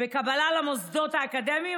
בקבלה למוסדות האקדמיים.